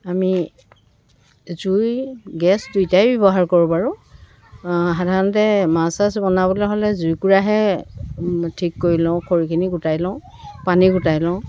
আমি জুই গেছ দুয়োটাই ব্যৱহাৰ কৰোঁ বাৰু সাধাৰণতে মাছ চাছ বনাবলৈ হ'লে জুইকোৰাহে ঠিক কৰি লওঁ খৰিখিনি গোটাই লওঁ পানী গোটাই লওঁ